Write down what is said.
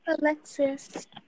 Alexis